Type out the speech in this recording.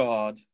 God